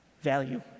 value